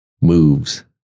moves